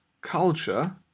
Culture